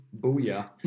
Booyah